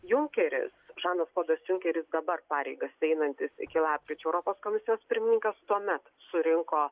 junkeris žanas klodas junkeris dabar pareigas einantis iki lapkričio europos komisijos pirmininkas tuomet surinko